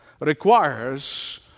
requires